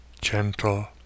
gentle